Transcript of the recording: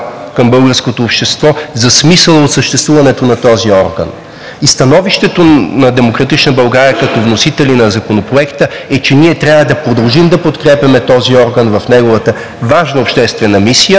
към българското общество за смисъла от съществуването на този орган. И становището на „Демократична България“ като вносители на Законопроекта е, че ние трябва да продължим да подкрепяме този орган в неговата важна обществена мисия,